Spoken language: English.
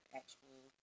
actual